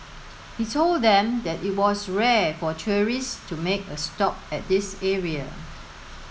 he told them that it was rare for tourists to make a stop at this area